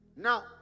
Now